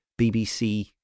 BBC